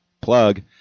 plug